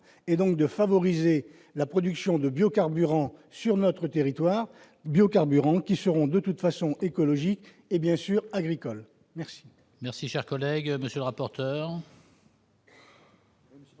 et donc de favoriser la production de biocarburants sur notre territoire, biocarburants qui seront de toute façon écologique et bien sûr agricole merci. Merci, cher collègue, monsieur le rapporteur.